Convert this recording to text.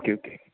okay okay